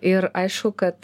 ir aišku kad